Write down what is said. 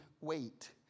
wait